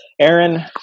Aaron